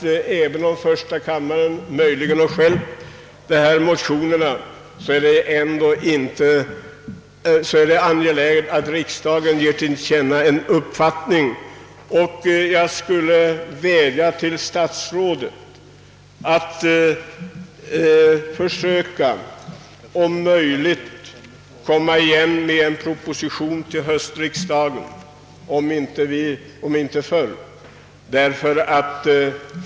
Även om första kammaren kanske fällt dessa motioner, är det angeläget att riksdagen ger till känna en uppfattning. Jag vill också vädja till statsrådet att om möjligt försöka komma igen med en proposition till höstriksdagen, om inte förr.